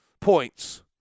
points